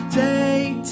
take